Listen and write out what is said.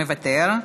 מוותר,